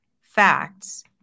facts